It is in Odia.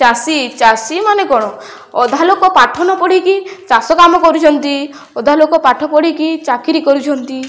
ଚାଷୀ ଚାଷୀ ମାନେ କ'ଣ ଅଧା ଲୋକ ପାଠ ନ ପଢ଼ିକି ଚାଷ କାମ କରୁଛନ୍ତି ଅଧା ଲୋକ ପାଠ ପଢ଼ିକି ଚାକିରି କରୁଛନ୍ତି